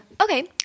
Okay